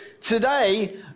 today